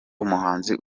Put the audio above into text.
umuhanzi